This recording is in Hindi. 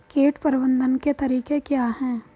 कीट प्रबंधन के तरीके क्या हैं?